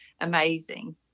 amazing